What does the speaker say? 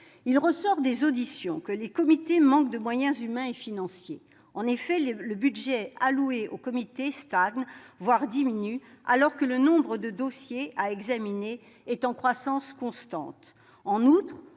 Il ressort des auditions que les comités manquent de moyens humains et financiers. En effet, le budget qui leur est alloué stagne, voire diminue, alors que le nombre de dossiers à examiner est en croissance constante. En outre,